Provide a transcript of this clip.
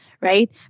right